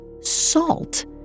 salt